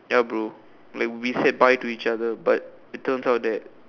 ya bro like we said bye to each other but it turns out that